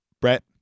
Brett